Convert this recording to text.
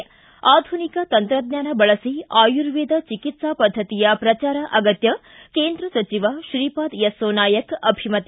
ಿ ಆಧುನಿಕ ತಂತ್ರಜ್ವಾನ ಬಳಸಿ ಆಯುರ್ವೇದ ಚಿಕಿತ್ಸಾ ಪದ್ದತಿಯ ಪ್ರಜಾರ ಅಗತ್ಯ ಕೇಂದ್ರ ಸಚಿವ ಶ್ರೀಪಾದ್ ಯಸ್ಸೋ ನಾಯಕ್ ಅಭಿಮತ